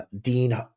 Dean